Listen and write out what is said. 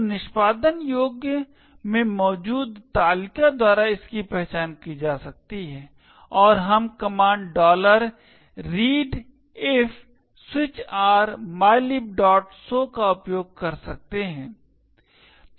तो निष्पादन योग्य में मौजूद तालिका द्वारा इसकी पहचान की जा सकती है और हम कमांड readelf R mylibso का उपयोग कर सकते हैं